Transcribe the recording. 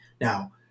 Now